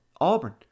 Auburn